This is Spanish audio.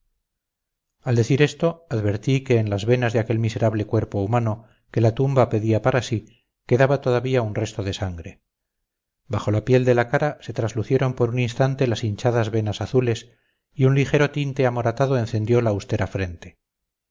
al decir esto advertí que en las venas de aquel miserable cuerpo humano que la tumba pedía para sí quedaba todavía un resto de sangre bajo la piel de la cara se traslucieron por un instante las hinchadas venas azules y un ligero tinte amoratado encendió la austera frente